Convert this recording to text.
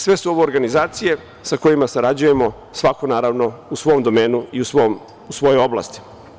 Sve su ovo organizacije sa kojima sarađujemo, naravno, svako u svom domenu i u svojoj oblasti.